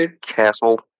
castle